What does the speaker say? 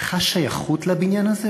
חש שייכות לבניין הזה,